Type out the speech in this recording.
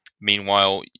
Meanwhile